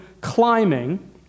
climbing